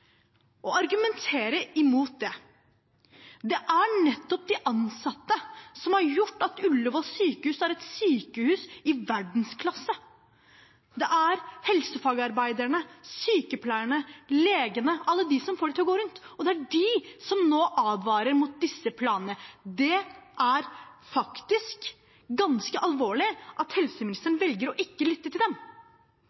er nettopp de ansatte som har gjort at Ullevål sykehus er et sykehus i verdensklasse. Det er helsefagarbeiderne, sykepleierne og legene, alle de som får det til å gå rundt, som nå advarer mot disse planene. Det er faktisk ganske alvorlig at